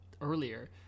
earlier